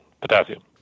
potassium